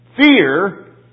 Fear